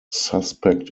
suspect